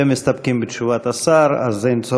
כן.